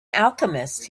alchemist